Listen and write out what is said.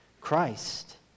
Christ